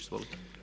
Izvolite.